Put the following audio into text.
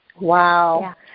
Wow